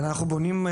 אבל אנחנו בונים,